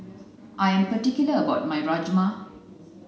I am particular about my Rajma